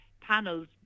panels